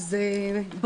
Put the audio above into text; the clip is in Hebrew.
מהמצגת.